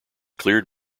cleared